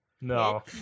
No